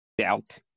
doubt